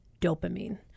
dopamine